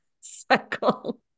cycle